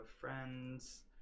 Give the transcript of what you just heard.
friends